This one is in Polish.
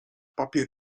papier